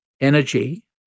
energy